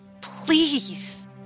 Please